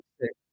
six